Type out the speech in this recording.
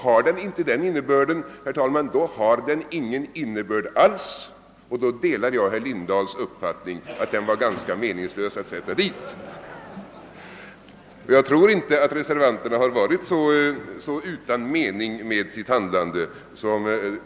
Har den inte denna innebörd, herr talman, då har den ingen innebörd alls, och i så fall delar jag herr Lindahls uppfattning att den var ganska meningslös att sätta dit. Jag tror inte att reservanterna har varit så utan mening med sitt handlande.